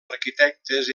arquitectes